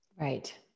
Right